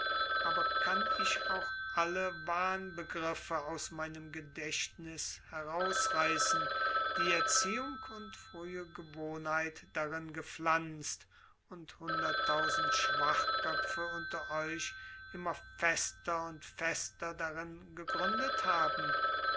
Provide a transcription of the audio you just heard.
aber kann ich auch alle wahnbegriffe aus meinem gedächtnis herausreißen die erziehung und frühe gewohnheit darein gepflanzt und hunderttausend schwachköpfe unter euch immer fester und fester darin gegründet haben